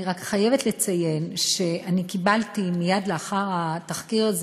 אני רק חייבת לציין שמייד לאחר התחקיר הזה